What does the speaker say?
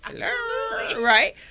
right